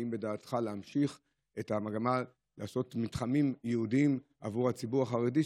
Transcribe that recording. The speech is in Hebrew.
האם בדעתך להמשיך את המגמה לעשות מתחמים ייעודיים בעבור הציבור החרדי,